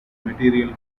materials